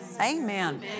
Amen